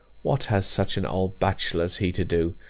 what has such an old bachelor as he to do,